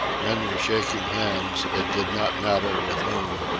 men were shaking hands, it did not matter with whom,